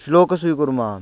श्लोकं स्वीकुर्मः